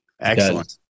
Excellent